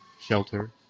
shelter